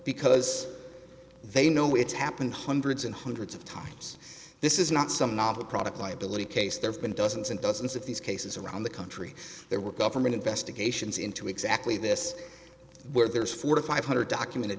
because they know it happened hundreds and hundreds of times this is not some novel product liability case there have been dozens and dozens of these cases around the country there were government investigations into exactly this where there's four or five hundred documented